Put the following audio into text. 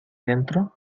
dentro